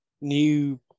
new